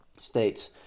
states